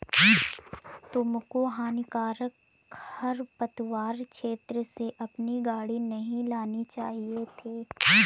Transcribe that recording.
तुमको हानिकारक खरपतवार क्षेत्र से अपनी गाड़ी नहीं लानी चाहिए थी